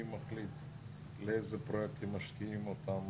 מי מחליט באיזה פרויקטים משקיעים את אותן